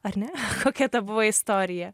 ar ne kokia tavo istorija